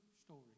story